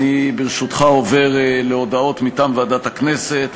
ברשותך, אני עובר להודעות מטעם ועדת הכנסת.